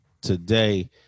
today